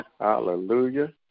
hallelujah